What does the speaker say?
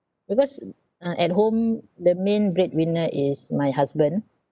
because uh at home the main breadwinner is my husband